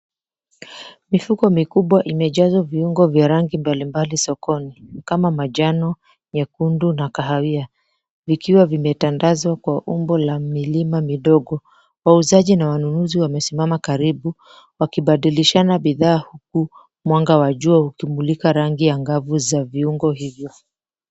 Mifuko mikubwa imejazwa viungo vya rangi mbalimbali sokoni, kama manjano, nyekundu na kahawia, vikiwa vimetandazwa kwa umbo la milima midogo. Wauzaji na wanunuzi wamesimama karibu wakibadilishana bidhaa, huku mwanga wa jua ukimulika rangi angavu za viungo hivyo.